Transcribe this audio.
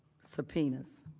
subpoenas.